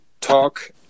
talk